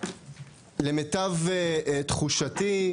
למיטב תחושתי,